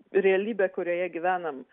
realybę kurioje gyvenam